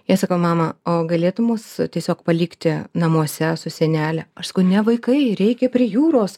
jie sako mama o galėtum mus tiesiog palikti namuose su senele aš sakau ne vaikai reikia prie jūros